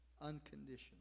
unconditional